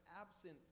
absent